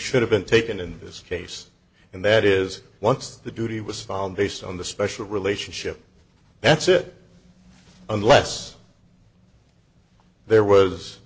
should have been taken in this case and that is once the duty was found based on the special relationship that's it unless there was